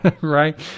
right